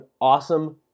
awesome